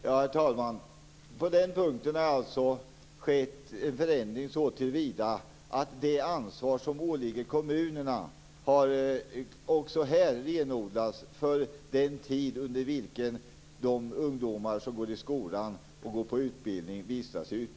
Herr talman! På den punkten har det skett en förändring så till vida att det ansvar som åligger kommunerna också här har renodlats för den tid under vilken de ungdomar som går i skolan eller deltar i en utbildning vistas där.